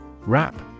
Wrap